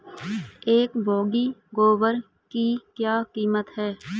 एक बोगी गोबर की क्या कीमत है?